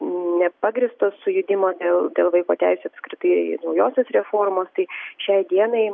nepagrįsto sujudimo dėl dėl vaiko teisių apskritai naujosios reformos tai šiai dienai